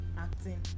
acting